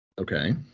Okay